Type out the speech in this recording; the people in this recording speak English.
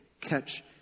catch